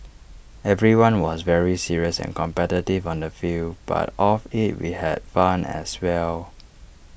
everyone was very serious and competitive on the field but off IT we had fun as well